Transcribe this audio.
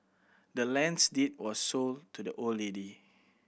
the land's deed was sold to the old lady